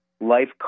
Life